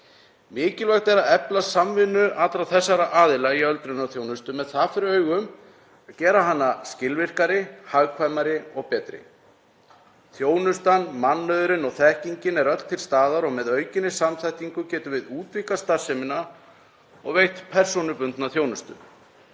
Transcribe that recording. Mikilvægt er að efla samvinnu allra þessara aðila í öldrunarþjónustu með það fyrir augum að gera hana skilvirkari, hagkvæmari og betri. Þjónustan, mannauðurinn og þekkingin er öll til staðar og með aukinni samþættingu getum við útvíkkað starfsemina og veitt persónubundna þjónustu.